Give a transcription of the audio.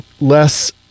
less